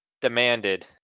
demanded